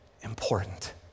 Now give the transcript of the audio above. important